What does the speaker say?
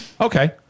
Okay